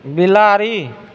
बिलाड़ि